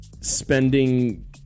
spending